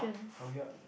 hurry up